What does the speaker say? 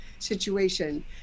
situation